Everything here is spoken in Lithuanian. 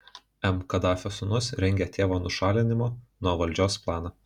m kadafio sūnūs rengia tėvo nušalinimo nuo valdžios planą